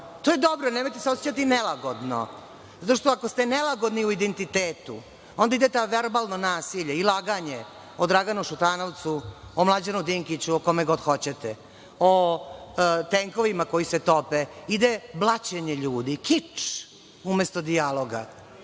to je dobro. Nemojte se osećati nelagodno, zato što ako ste nelagodni u identitetu, onda idete u verbalno nasilje i laganje o Draganu Šutanovcu, o Mlađanu Dinkiću, o kome kog hoćete, o tenkovima koji se tope. Ide blaćenje ljudi, kič, umesto dijaloga. Mislim